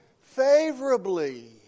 favorably